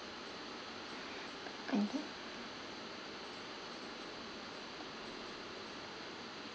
okay